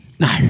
No